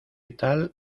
tal